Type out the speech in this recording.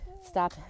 stop